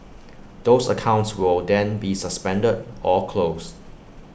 those accounts will then be suspended or closed